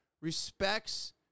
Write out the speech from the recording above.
respects